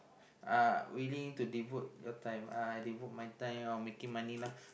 uh willing to develop your time I devote my time into making money lah